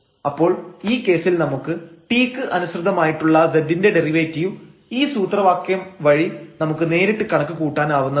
അപ്പോൾ ഈ കേസിൽ നമുക്ക് t ക്ക് അനുസൃതമായിട്ടുള്ള z ന്റെ ഡെറിവേറ്റീവ് ഈ സൂത്രവാക്യം വഴി നമുക്ക് നേരിട്ട് കണക്ക് കൂട്ടാനാവുന്നതാണ്